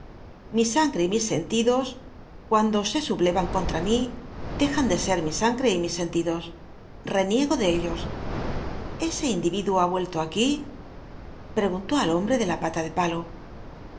mi sangre y mis sentidos cuando se suble an contra mi dejan de ser mi sangre y mis sentidos reniego de ellos ese in li'iduo ha vuelto aquí preguntó al hombre de la pala de palo